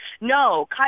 no